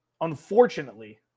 unfortunately